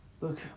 look